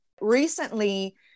Recently